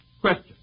Question